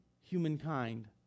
humankind